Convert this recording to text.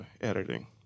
editing